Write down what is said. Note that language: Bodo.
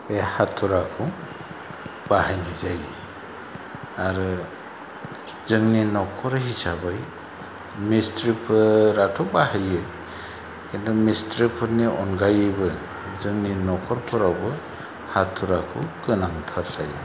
बे हाथुराखौ बाहायनाय जायो आरो जोंनि नखर हिसाबै मिस्थ्रिफोराथ' बाहायो खिन्थु मिस्थ्रिफोरनि अनगायैबो जोंनि नखरफोरावबो हाथुराखौ गोनांथार जायो